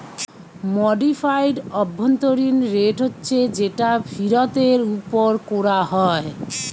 modified অভ্যন্তরীণ rate হচ্ছে যেটা ফিরতের উপর কোরা হয়